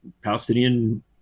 Palestinian